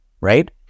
right